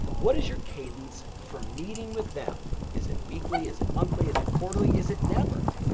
what is your cadence for meeting with them? is it weekly, is it monthly, is it quarterly, is it never?